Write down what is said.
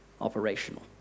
operational